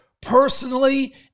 personally